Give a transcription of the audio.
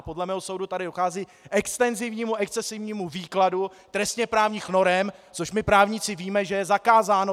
Podle mého soudu tady dochází k extenzivnímu, excesivnímu výkladu trestněprávních norem, což my právníci víme, že je zakázáno!